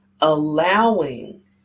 allowing